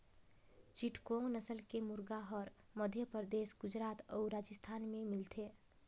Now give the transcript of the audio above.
चिटगोंग नसल के मुरगा हर मध्यपरदेस, गुजरात अउ राजिस्थान में मिलथे